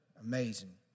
Amazing